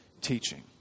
teaching